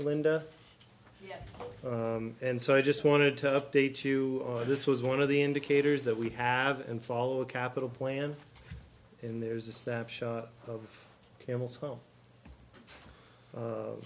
linda and so i just wanted to update you on this was one of the indicators that we have and follow a capital plan and there's a snapshot of camels